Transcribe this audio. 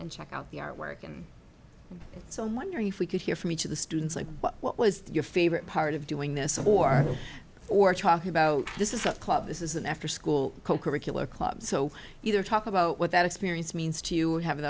and check out the artwork and so on wondering if we could hear from each of the students like what was your favorite part of doing this or talking about this is a club this is an afterschool co curricular club so either talk about what that experience means to you and have an